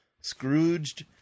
Scrooged